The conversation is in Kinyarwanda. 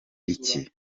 iki